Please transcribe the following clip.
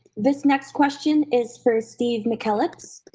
this next question is for steve mckellips.